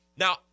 Now